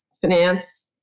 finance